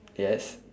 yes